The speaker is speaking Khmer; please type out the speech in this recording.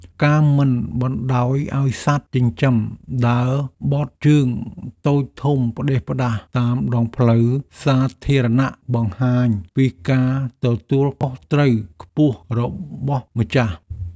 ការមិនបណ្តោយឱ្យសត្វចិញ្ចឹមដើរបត់ជើងតូចធំផ្តេសផ្តាសតាមដងផ្លូវសាធារណៈបង្ហាញពីការទទួលខុសត្រូវខ្ពស់របស់ម្ចាស់។